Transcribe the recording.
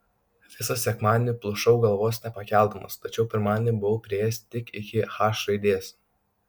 visą sekmadienį plušau galvos nepakeldamas tačiau pirmadienį buvau priėjęs tik iki h raidės